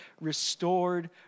restored